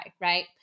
right